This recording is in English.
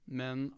men